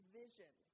vision